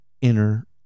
inner